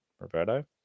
Roberto